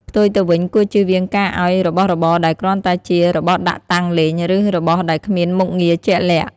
ផ្ទុយទៅវិញ គួរជៀសវាងការឱ្យរបស់របរដែលគ្រាន់តែជា របស់ដាក់តាំងលេង ឬ របស់ដែលគ្មានមុខងារជាក់លាក់។